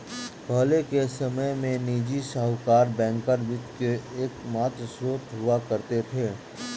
पहले के समय में निजी साहूकर बैंकर वित्त के एकमात्र स्त्रोत हुआ करते थे